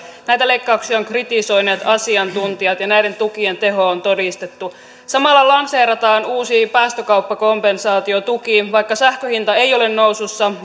näitä leikkauksia ovat kritisoineet asiantuntijat ja näiden tukien teho on todistettu samalla lanseerataan uusi päästökauppakompensaatiotuki vaikka sähkön hinta ei ole nousussa